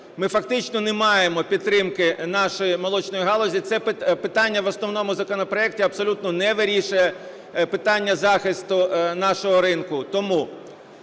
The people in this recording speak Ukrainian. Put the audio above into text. ми фактично не маємо підтримки нашої молочної галузі. Це питання в основному законопроекті абсолютно не вирішує питання захисту нашого ринку.